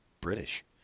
British